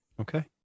Okay